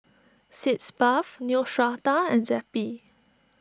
Sitz Bath Neostrata and Zappy